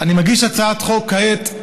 אני מגיש הצעת חוק כעת.